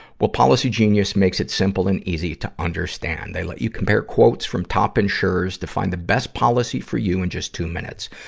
well, policygenius makes it simple and easy to understand. they let you compare quotes from top insurers to find the best policy for you in and just two minutes.